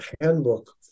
handbook